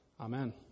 Amen